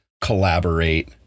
collaborate